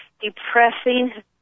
depressing